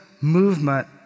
movement